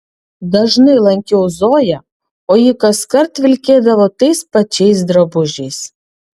dažnai lankiau zoją o ji kaskart vilkėdavo tais pačiais drabužiais